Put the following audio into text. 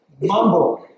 mumble